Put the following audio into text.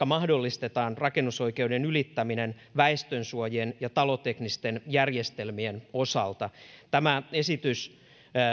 mahdollistetaan rakennusoikeuden ylittäminen väestönsuojien ja taloteknisten järjestelmien osalta tämä esitys